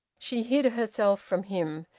she hid herself from him.